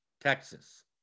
Texas